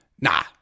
Nah